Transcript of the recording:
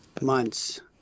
months